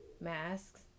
masks